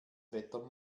wetter